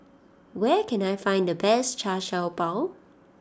where can I find the best Char Siew Bao